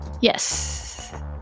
Yes